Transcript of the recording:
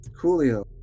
Coolio